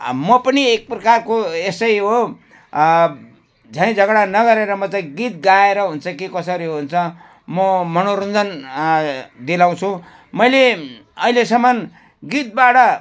म पनि एक प्रकारको यसै हो झैँ झगडा नगरेर मात्रै गीत गाएर हुन्छ कि कसरी हुन्छ म मनोरञ्जन दिलाउँछु मैले अहिलेसम्म गीतबाट